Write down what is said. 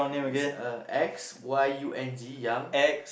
it's uh X Y U N G Yung